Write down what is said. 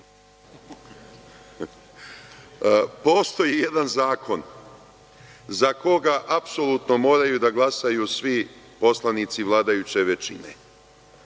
Postoji jedan zakon za koga apsolutno moraju da glasaju svi poslanici vladajuće većine